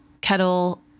Kettle